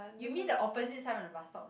you mean the opposite side from the bus stop